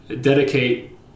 dedicate